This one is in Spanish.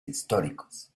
históricos